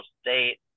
State